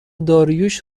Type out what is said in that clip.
داریوش